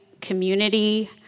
community